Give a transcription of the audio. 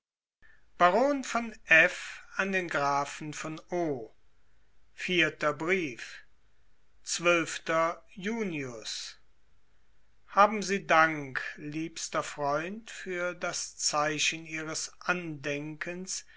baron von f an den grafen von o vierter brief junius haben sie dank liebster freund für das zeichen ihres andenkens